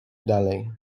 dalej